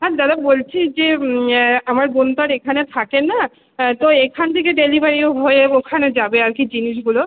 আর দাদা বলছি যে আমার বোন তো আর এখানে থাকে না তো এখান থেকে ডেলিভারি হয়ে ওখানে যাবে আর কি জিনিসগুলো